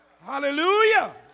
Hallelujah